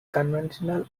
conventional